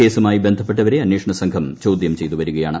കേസുമായി ബന്ധപ്പെട്ടവരെ അന്വേഷണ സംഘം ചോദ്യം ചെയ്തുവരുകയാണ്